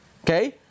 Okay